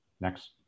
Next